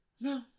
No